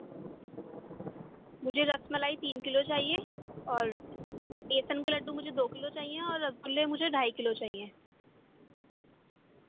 مجھے رس ملائی تین کلو چاہیے اور بیسن کے لڈو مجھے دو کلو چاہیے اور رگلے مجھے ڈھائی کلو چاہیے